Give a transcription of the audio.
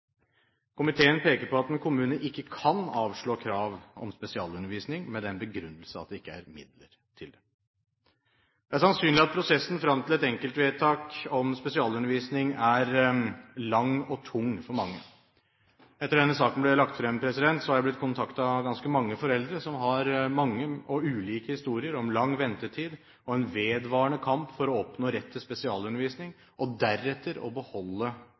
Komiteen peker på at en kommune ikke kan avslå krav om spesialundervisning med den begrunnelse at det ikke er midler til det. Det er sannsynlig at prosessen frem til et enkeltvedtak om spesialundervisning er lang og tung for mange. Etter at denne saken ble lagt frem, er jeg blitt kontaktet av ganske mange foreldre som har mange og ulike historier om lang ventetid og en vedvarende kamp for å oppnå rett til spesialundervisning og deretter å beholde